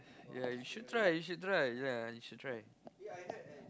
yeah you should try you should try yeah you should try